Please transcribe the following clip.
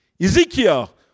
Ezekiel